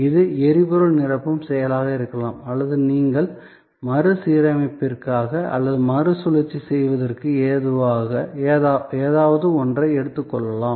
இது எரிபொருள் நிரப்பும் செயலாக இருக்கலாம் அல்லது நீங்கள் மறுசீரமைப்பிற்காக அல்லது மறுசுழற்சி செய்வதற்கு ஏதாவது ஒன்றை எடுத்துக்கொள்ளலாம்